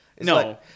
No